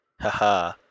Haha